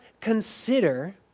consider